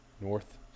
north